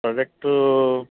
product